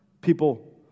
people